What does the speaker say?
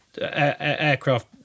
aircraft